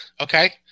Okay